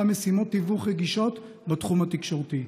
משימות תיווך רגישות בתחום התקשורתי.